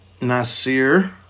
Nasir